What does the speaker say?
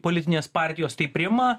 politinės partijos tai priima